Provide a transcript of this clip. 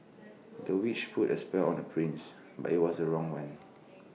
the witch put A spell on the prince but IT was the wrong one